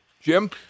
Jim